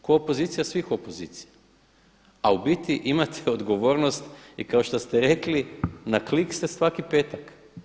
Kao opozicija svih opozicija, a u biti imate odgovornost i kao što ste rekli na klik ste svaki petak.